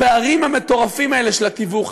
בפערים המטורפים האלה של התיווך,